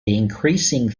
increasing